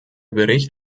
bericht